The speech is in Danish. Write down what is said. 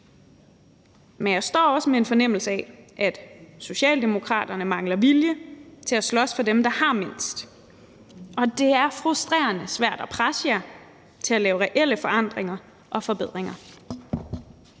Men jeg står også med en fornemmelse af, at Socialdemokraterne mangler vilje til at slås for dem, der har mindst. Og det er frustrerende svært at presse jer til at lave reelle forandringer og forbedringer.